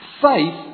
Faith